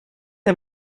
der